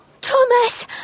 Thomas